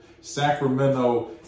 Sacramento